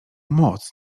moc